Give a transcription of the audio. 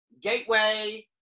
Gateway